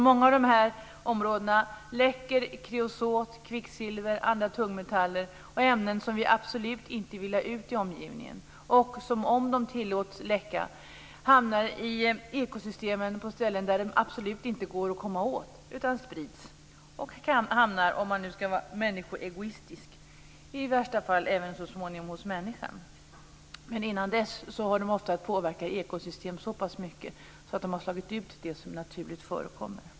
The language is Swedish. Många av de berörda områdena läcker kreosot, kvicksilver och andra tungmetaller och ämnen som vi absolut inte vill ha ut i omgivningen och som om de tillåts läcka hamnar i ekosystemen på ställen där de absolut inte går att komma åt utan sprids. De hamnar så småningom, människoegoistiskt resonerat, i värsta fall även hos människan. Innan dess har de ofta påverkat ekosystemet så pass mycket att de har slagit ut sådant som naturligt förekommer.